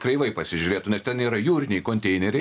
kreivai pasižiūrėtumėt ten yra jūriniai konteineriai